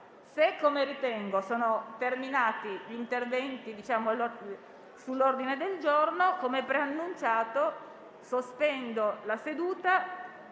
Se, come ritengo, sono terminati gli interventi sull'ordine dei lavori, come preannunciato, sospendo la seduta,